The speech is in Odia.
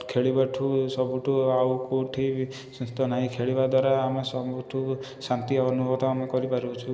ଖେଳିବା ଠୁ ସବୁଠୁ ଆଉ କେଉଁଠି ବି ସୁସ୍ଥ ନାହିଁ ଖେଳିବା ଦ୍ୱାରା ଆମେ ସବୁଠୁ ଶାନ୍ତି ଅନୁଭୂତ ଆମେ କରିପାରୁଛୁ